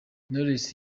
knowless